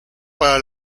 para